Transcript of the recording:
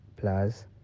plus